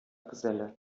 geselle